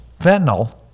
Fentanyl